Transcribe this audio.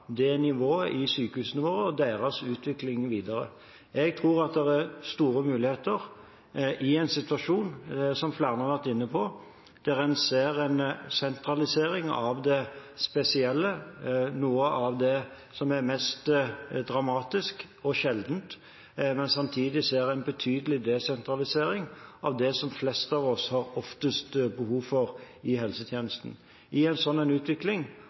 omhandle nivået i sykehusene våre og deres utvikling videre. Jeg tror at det er store muligheter i en situasjon, som flere har vært inne på, der en ser en sentralisering av det spesielle – noe av det som er mest dramatisk og sjeldent – men samtidig ser en betydelig desentralisering av det som de fleste av oss oftest har behov for i helsetjenesten. I en slik utvikling har lokalsykehusene en